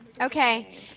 Okay